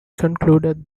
concluded